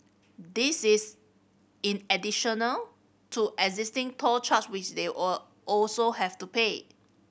this is in additional to existing toll charge which they'll a also have to pay